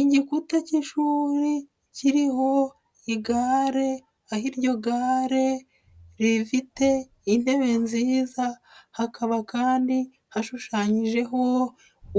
Igikuta k'ishuri kiriho igare aho iryo gare rifite intebe nziza hakaba kandi hashushanyijeho